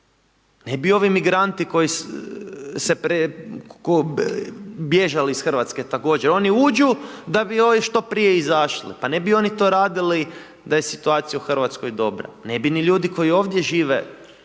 ne bi ovi migranti bježali iz RH također. Oni uđu, da bi, ovaj, što prije izašli. Pa ne bi oni to radili da je situacija u RH dobra, ne bi ni ljudi koji ovdje žive